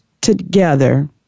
together